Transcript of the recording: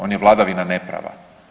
On je vladavina ne prava.